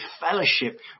fellowship